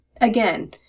Again